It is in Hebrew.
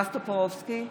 בועז טופורובסקי,